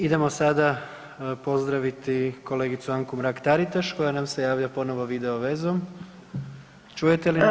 Idemo sada pozdraviti kolegicu Anku Mrak-Taritaš, koja nam se javlja ponovo video vezom, čujete li nas?